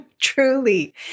Truly